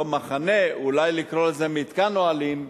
לא "מחנה", אולי לקרוא לזה "מתקן אוהלים",